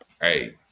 hey